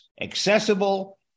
Accessible